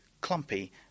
clumpy